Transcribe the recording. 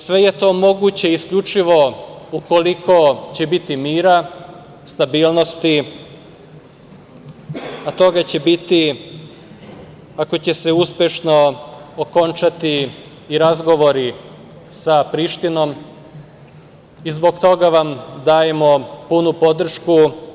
Sve je to moguće isključivo ukoliko će biti mira, stabilnosti, a toga će biti ako će se uspešno okončati i razgovori sa Prištinom, i zbog toga vam dajemo punu podršku.